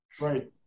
Right